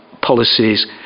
policies